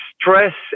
stress